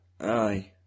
Aye